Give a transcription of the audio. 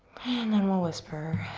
and then we'll whisper